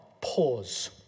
Pause